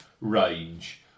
range